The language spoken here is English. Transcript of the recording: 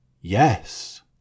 yes